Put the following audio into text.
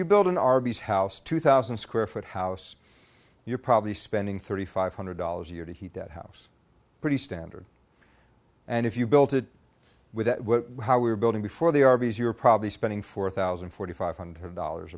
you build an arby's house two thousand square foot house you're probably spending thirty five hundred dollars a year to heat that house pretty standard and if you built it with how we're building before the arby's you're probably spending four thousand and forty five hundred dollars